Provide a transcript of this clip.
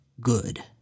good